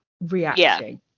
reacting